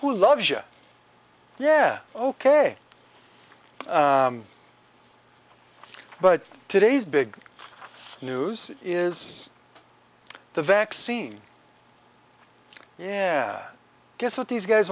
who loves you yeah ok but today's big news is the vaccine yeah guess what these guys